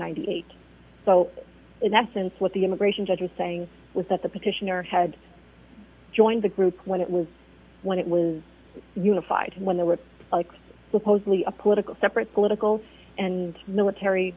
hundred eight so in essence what the immigration judge was saying was that the petitioner had joined the group when it was when it was unified when there were like supposedly a political separate political and military